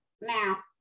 Now